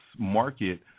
market